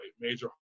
major